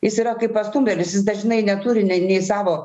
jis yra kaip pastumdėlis jis dažnai neturi ne nei savo